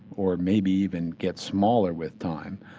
or maybe even get smaller with time.